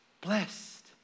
blessed